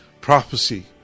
prophecy